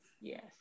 Yes